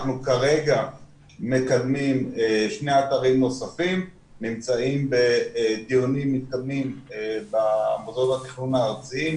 כרגע שני אתרים נוספים נמצאים בדיונים מתקדמים במוסדות התכנון הארציים,